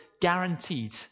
guaranteed